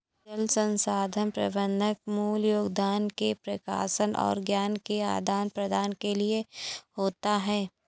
जल संसाधन प्रबंधन मूल योगदान के प्रकाशन और ज्ञान के आदान प्रदान के लिए होता है